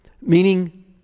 meaning